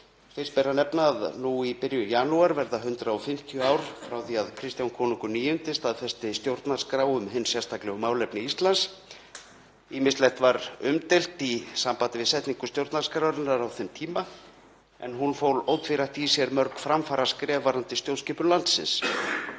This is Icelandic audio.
Fyrst ber að nefna að nú í byrjun janúar verða 150 ár liðin frá því Kristján konungur IX. staðfesti stjórnarskrá um hin sérstaklegu málefni Íslands. Ýmislegt var umdeilt í sambandi við setningu stjórnarskrárinnar á þeim tíma, en hún fól ótvírætt í sér mörg framfaraskref varðandi stjórnskipun landsins.